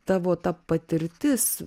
tavo ta patirtis